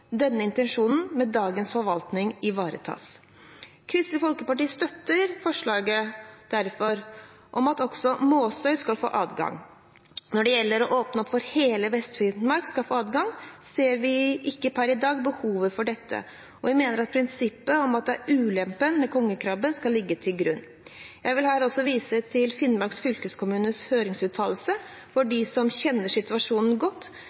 denne intensjonen med dagens forvaltning ivaretas. Kristelig Folkeparti støtter derfor forslaget om at også Måsøy skal få adgang. Når det gjelder å åpne for at hele Vest-Finnmark skal få adgang, ser vi ikke per i dag behovet for dette, og mener at det er prinsippet om ulempen med kongekrabben som skal ligge til grunn. Jeg vil her også vise til Finnmark fylkeskommunes høringsuttalelse – de som kjenner situasjonen godt,